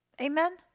Amen